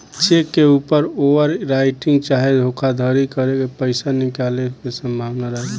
check के ऊपर over writing चाहे धोखाधरी करके पईसा निकाले के संभावना रहेला